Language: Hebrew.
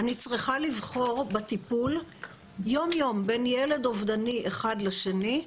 יום-יום אני צריכה לבחור בטיפול בין ילד אובדני אחד לשני,